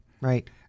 Right